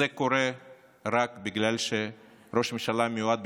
זה קורה רק בגלל שראש הממשלה המיועד,